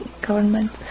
government